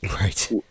Right